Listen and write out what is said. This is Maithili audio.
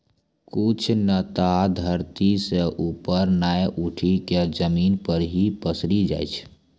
कुछ लता धरती सं ऊपर नाय उठी क जमीन पर हीं पसरी जाय छै